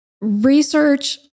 Research